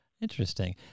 Interesting